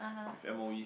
with m_o_e